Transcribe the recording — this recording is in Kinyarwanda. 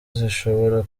zishobora